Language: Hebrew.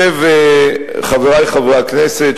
חברי חברי הכנסת,